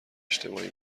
اجتماعی